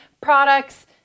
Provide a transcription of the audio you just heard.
products